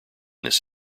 this